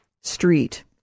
Street